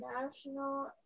National